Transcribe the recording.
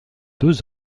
deux